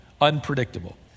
unpredictable